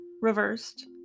reversed